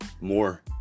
more